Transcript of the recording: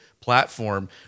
platform